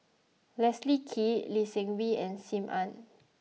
Leslie Kee Lee Seng Wee and Sim Ann